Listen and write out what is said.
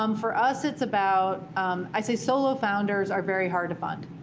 um for us, it's about i'd say solo founders are very hard to find.